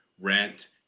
rent